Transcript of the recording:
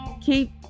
keep